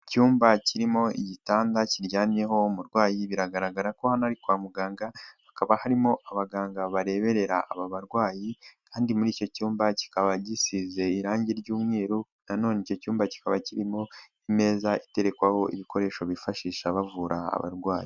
Icyumba kirimo igitanda kiryamyeho umurwayi, biragaragara ko hano ari kwa muganga, hakaba harimo abaganga bareberera aba barwayi, kandi muri icyo cyumba kikaba gisize irangi ry'umweru, na none icyo cyumba kikaba kirimo imeza iterekwaho ibikoresho bifashisha bavura abarwayi.